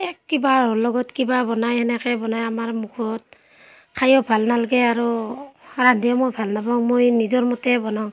এই কিবাৰ লগত কিবা বনাই এনেকৈ বনাই আমাৰ মুখত খাইও ভাল নালাগে আৰু ৰান্ধিও মই ভাল নাপাওঁ মই নিজৰ মতে বনাওঁ